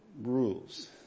rules